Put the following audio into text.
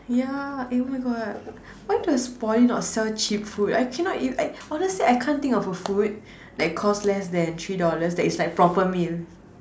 ya eh oh my God why does Poly not sell cheap food I cannot even I honestly I can't think of a food that cost less than three dollars that is like proper meal